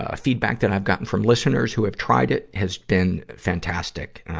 ah feedback that i've gotten from listeners who have tried it has been fantastic.